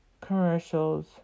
commercials